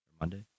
Monday